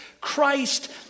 Christ